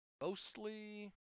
mostly